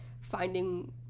finding